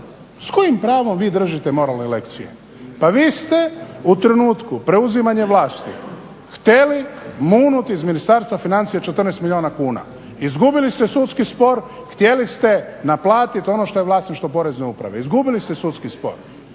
s kojim pravom vi držite moralne lekcije? Pa vi ste u trenutku preuzimanja vlasti htjeli …/Govornik se ne razumije./… iz Ministarstva financija 14 milijuna kuna. Izgubili ste sudski spor, htjeli ste naplatiti ono što je vlasništvo Porezne uprave. Izgubili ste sudski spor,